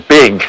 big